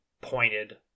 pointed